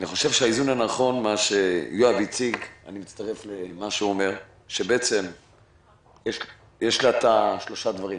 אני מצטרף למה שיואב אומר שבעצם יש שלושה דברים.